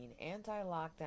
anti-lockdown